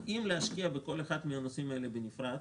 האם להשקיע בכל אחד מן הנושאים האלה בנפרד,